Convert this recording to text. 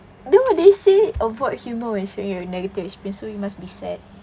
don't they say avoid humour when sharing your negative experience so you must be sad